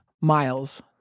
miles